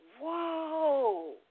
Whoa